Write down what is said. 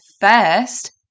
first